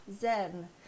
zen